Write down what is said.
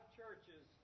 churches